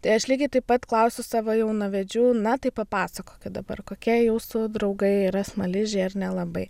tai aš lygiai taip pat klausiu savo jaunavedžių na tai papasakokit dabar kokie jūsų draugai yra smaližiai ar nelabai